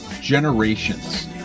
generations